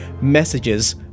messages